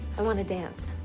i want to dance.